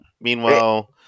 Meanwhile